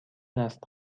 است